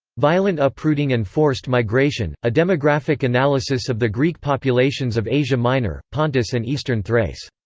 violent uprooting and forced migration a demographic analysis of the greek populations of asia minor, pontus and eastern thrace.